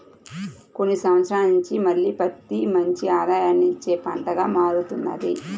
కొన్ని సంవత్సరాల నుంచి మళ్ళీ పత్తి మంచి ఆదాయాన్ని ఇచ్చే పంటగా మారుతున్నది